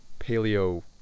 paleo